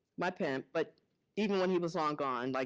my pimp. but even when he was long gone, like,